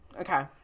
Okay